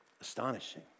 astonishing